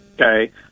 Okay